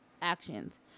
actions